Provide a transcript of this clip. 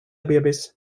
bebis